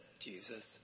Jesus